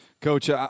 coach